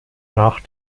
nach